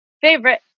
favorite